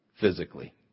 physically